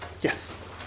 Yes